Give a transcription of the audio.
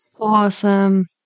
Awesome